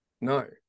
No